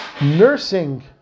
Nursing